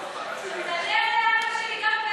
יש הרבה זקנים שאין להם פנסיה.